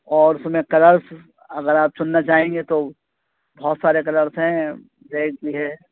اور اس میں کلرس اگر آپ چننا چاہیں گے تو بہت سارے کلرس ہیں ریڈ بھی ہے